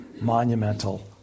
monumental